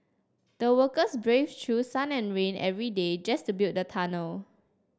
the workers braved through sun and rain every day just to build the tunnel